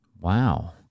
Wow